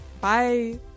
Bye